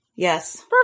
Yes